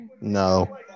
No